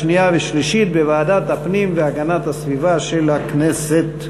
לוועדת הפנים והגנת הסביבה נתקבלה.